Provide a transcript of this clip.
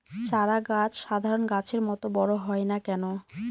চারা গাছ সাধারণ গাছের মত বড় হয় না কেনো?